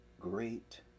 great